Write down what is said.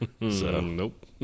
Nope